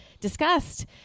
discussed